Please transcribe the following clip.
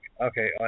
okay